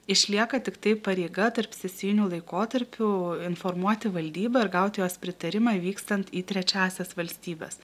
išlieka tiktai pareiga tarpsesijiniu laikotarpiu informuoti valdybą ir gauti jos pritarimą vykstant į trečiąsias valstybes